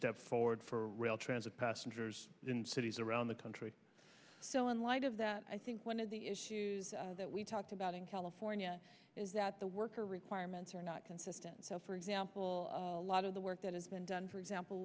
step forward for rail transit passengers in cities around the country so in light of that i think one of the issues that we talked about in california is that the worker requirements are not consistent for example a lot of the work that has been done for example